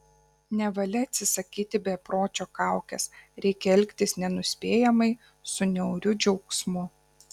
nevalia atsisakyti bepročio kaukės reikia elgtis nenuspėjamai su niauriu džiaugsmu